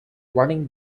running